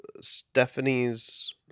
Stephanie's